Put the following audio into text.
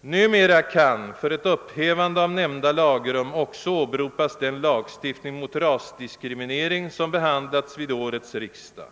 Numera kan för ett upphävande av nämnda lagrum också åberopas den lagstiftning mot rasdiskriminering som behandlas vid årets riksdag.